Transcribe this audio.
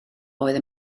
oedd